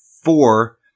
four